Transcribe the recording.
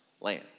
land